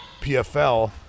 PFL